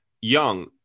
young